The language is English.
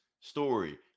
story